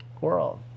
world